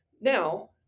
now